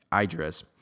Idris